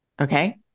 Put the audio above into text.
okay